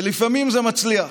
ולפעמים זה מצליח.